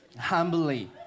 humbly